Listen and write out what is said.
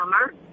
summer